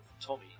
Tommy